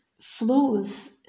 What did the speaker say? flows